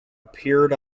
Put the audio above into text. appeared